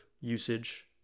usage